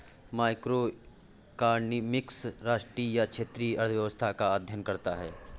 macroeconomics राष्ट्रीय या क्षेत्रीय अर्थव्यवस्था का अध्ययन करता है